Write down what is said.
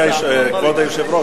היא אמרה: כבוד היושב-ראש.